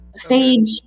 Phage